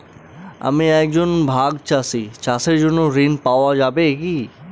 আমি একজন ভাগ চাষি চাষের জন্য ঋণ পাওয়া যাবে কি?